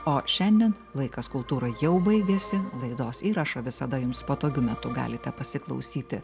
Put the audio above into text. o šiandien laikas kultūrai jau baigėsi laidos įrašą visada jums patogiu metu galite pasiklausyti